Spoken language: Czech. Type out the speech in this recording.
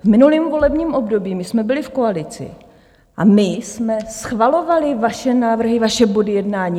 V minulém volebním období my jsme byli v koalici a my jsme schvalovali vaše návrhy, vaše body jednání.